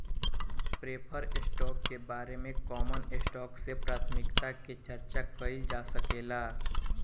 preferred stock के बारे में कॉमन स्टॉक से प्राथमिकता के चार्चा कईल जा सकेला